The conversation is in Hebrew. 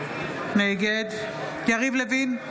נגד יריב לוין,